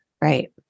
Right